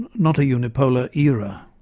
not a unipolar era.